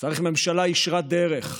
צריך ממשלה ישרת דרך,